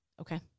Okay